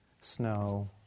snow